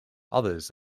others